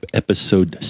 episode